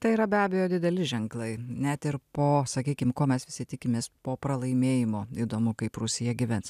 tai yra be abejo dideli ženklai net ir po sakykim ko mes visi tikimės po pralaimėjimo įdomu kaip rusija gyvens